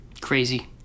Crazy